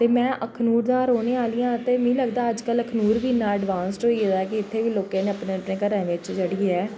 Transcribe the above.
ते में अखनूर दी रौह्ने आह्लीं आं ते मिगी लगदा अखनूर बी इन्ना एडवांस होई दा के इत्थें लोकें अपने अपने घरें बिच जेह्ड़ी ऐ